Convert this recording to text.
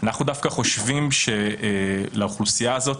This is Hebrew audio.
אנחנו דווקא חושבים שלאוכלוסייה הזאת